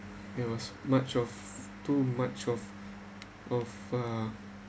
it was much of too much of of uh